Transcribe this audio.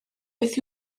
beth